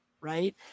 right